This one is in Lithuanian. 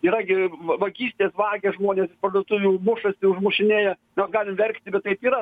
yra gi vagystės vagia žmonės parduotuvių mušasi užmušinėja nors galim verkti bet taip yra